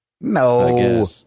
No